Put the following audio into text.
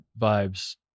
vibes